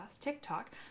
TikTok